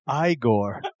Igor